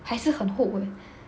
还是很厚 leh